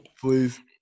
Please